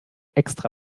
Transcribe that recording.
extra